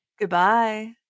Goodbye